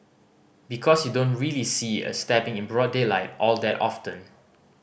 because you don't really see a stabbing in broad daylight all that often